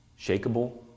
shakable